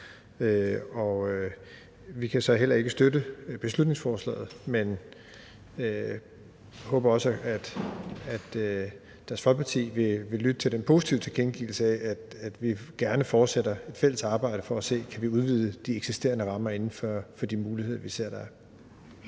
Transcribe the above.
Vi kan så heller ikke støtte beslutningsforslaget, men håber også, at Dansk Folkeparti vil lytte til den positive tilkendegivelse af, at vi gerne fortsætter et fælles arbejde for at se på, om vi kan udvide de eksisterende rammer inden for de muligheder, som vi ser der